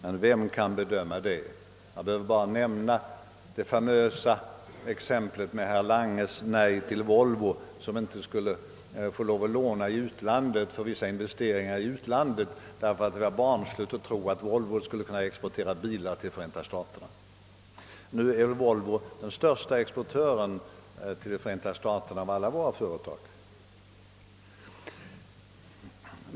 Men vem kan bäst bedöma det? Jag behöver bara nämna det famösa exemplet med herr Langes nej till Volvo som inte skulle få låna i utlandet för vissa investeringar i utlandet, därför att det var barnsligt att tro att Volvo skulle kunna exportera bilar till Förenta staterna. Nu är Volvo den största exportören till Förenta staterna bland alla våra företag.